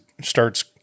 starts